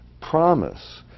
promise